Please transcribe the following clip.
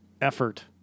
effort